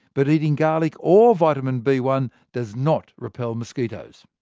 but eating garlic or vitamin b one does not repel mosquitoes.